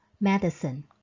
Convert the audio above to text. medicine